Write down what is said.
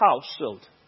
household